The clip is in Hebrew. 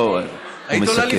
לא, הוא מסכם.